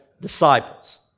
disciples